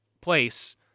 place